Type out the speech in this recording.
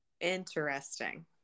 Interesting